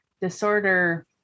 disorder